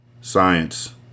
Science